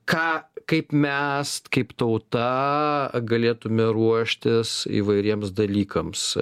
ką kaip mes kaip tauta galėtume ruoštis įvairiems dalykams